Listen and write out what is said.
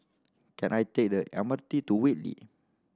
can I take the M R T to Whitley